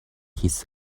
his